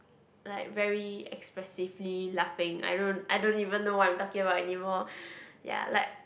like very expressively laughing I don't I don't even know what I'm talking about anymore ya like